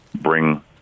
bring